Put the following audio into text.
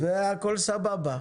והכול סבבה.